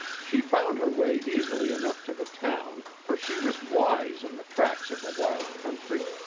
she found her way easily enough to the town, for she was wise in the tracks of a wild country,